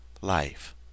Life